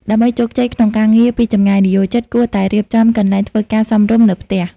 ដើម្បីជោគជ័យក្នុងការងារពីចម្ងាយ និយោជិតគួរតែ រៀបចំកន្លែងធ្វើការសមរម្យ នៅផ្ទះ។